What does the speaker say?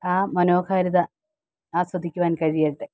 ആ മനോഹാരിത ആസ്വദിക്കുവാൻ കഴിയട്ടെ